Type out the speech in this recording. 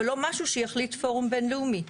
אבל לא משהו שיחליט פורום בינלאומי.